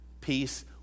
Peace